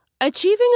Achieving